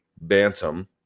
Bantam